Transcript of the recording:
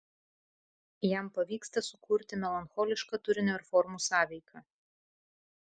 jam pavyksta sukurti melancholišką turinio ir formų sąveiką